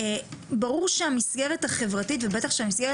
ברור שהמסגרת החברתית ובטח שהמסגרת